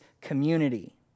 community